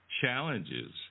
challenges